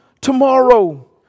tomorrow